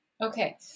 Okay